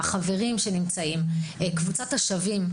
החברים וקבוצת השווים,